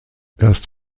erst